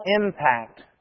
impact